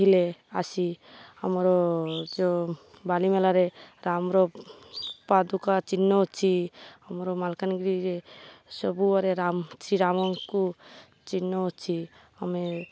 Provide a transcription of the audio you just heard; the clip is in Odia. ଥିଲେ ଆସି ଆମର ଯେଉଁ ବାଲିମେଲାରେ ରାମର ପାଦୁକା ଚିହ୍ନ ଅଛି ଆମର ମାଲକାନଗିରିରେ ସବୁଆଡ଼େରେ ରାମ ଶ୍ରୀରାମଙ୍କୁ ଚିହ୍ନ ଅଛି ଆମେ